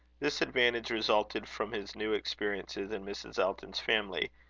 this advantage resulted from his new experiences in mrs. elton's family,